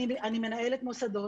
אני מנהלת מוסדות,